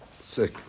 sick